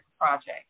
project